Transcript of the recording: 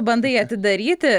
bandai atidaryti